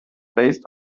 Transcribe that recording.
based